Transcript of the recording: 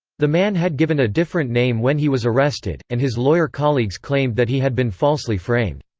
the man had given a different name when he was arrested, and his lawyer colleagues claimed that he had been falsely framed.